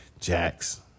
Jax